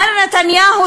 מר נתניהו,